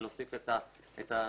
שנוסיף את הסינים.